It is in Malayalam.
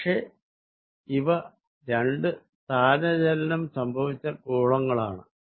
പക്ഷേ ഇവ രണ്ട് സ്ഥാനചലനം സംഭവിച്ച ഗോളങ്ങളാണ്